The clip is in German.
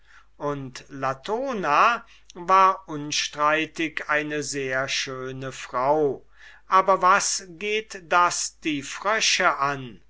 und latona war unstreitig eine sehr schöne frau aber was geht das die frösche und